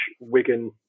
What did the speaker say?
Wigan